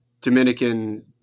Dominican